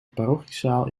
parochiezaal